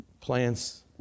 Plants